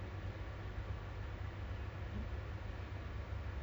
break it's more worse lah if you have to work at home kan